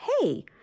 hey